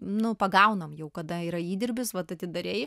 nu pagaunam jau kada yra įdirbis vat atidarei